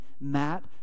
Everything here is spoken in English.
Matt